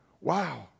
Wow